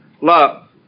love